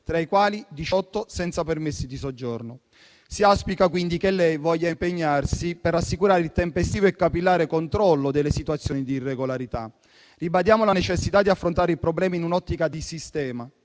tra i quali 18 senza permessi di soggiorno. Si auspica quindi che lei voglia impegnarsi per assicurare il tempestivo e capillare controllo delle situazioni di irregolarità. Ribadiamo la necessità di affrontare il problema in un'ottica di sistema,